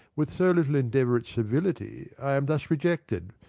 with so little endeavour at civility, i am thus rejected.